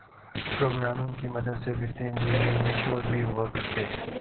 programming की मदद से वित्तीय इन्जीनियरिंग में शोध भी हुआ करते हैं